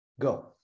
Go